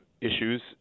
issues